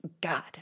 God-